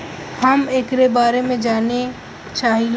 हम एकरे बारे मे जाने चाहीला?